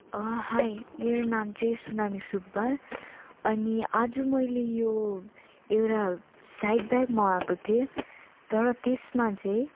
high मेरो नाम चाहिँ सुनामी सुब्बा अनि आज मैले यो एउटा साइड ब्याग मगाएको चाहिँ तर त्यसमा चाहिँ